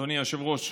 אדוני היושב-ראש,